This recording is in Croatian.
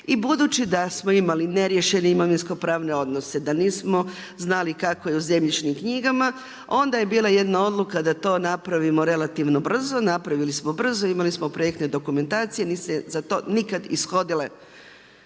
i budući da smo imali neriješene imovinske pravne odnose, da nismo znali kako je u zemljišnim knjigama, onda je bila jedna odluka da to napravimo relativno brzo, napravili smo brzo, imali smo projektne dokumentacije, nisu se za to nikad ishodile